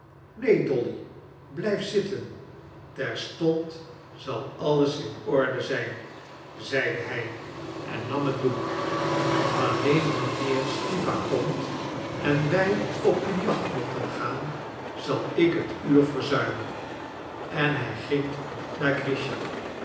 neen dolly blijf zitten terstond zal alles in orde zijn zeide hij en nam het boek alleen wanneer stiwa komt en wij op de jacht mochten gaan zal ik het uur verzuimen en hij ging naar